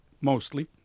mostly